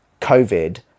COVID